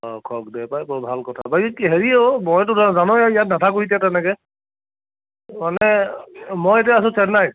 অঁ খওক দে পাই বৰ ভাল কথা বাকী হেৰি অঁ মইতো জানো আৰু ইয়াত নাথাকোঁ এতিয়া তেনেকৈ মানে মই এতিয়া আছো চেন্নাইত